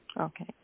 Okay